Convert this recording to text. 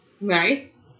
Nice